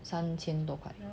三千多块